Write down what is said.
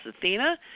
Athena